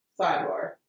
Sidebar